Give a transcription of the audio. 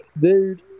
dude